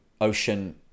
Ocean